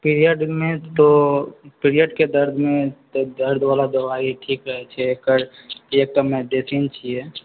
period मे तो period के दर्दमे दर्दवला दवाइ ठीक रहै छै एकर एक तो छियै